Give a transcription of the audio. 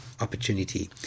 opportunity